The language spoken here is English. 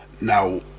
now